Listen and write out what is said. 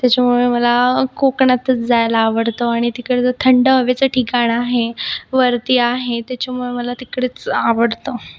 त्यच्यामुळे मला कोकणातच जायला आवडतं आणि तिकडचं थंड हवेचं ठिकाण आहे वरती आहे त्याच्यामुळे मला तिकडंच आवडतं